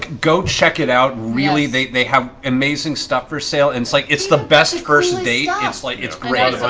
go check it out. really, they they have amazing stuff for sale. and it's like it's the best first date. like it's great.